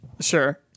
Sure